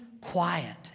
quiet